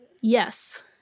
Yes